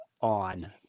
on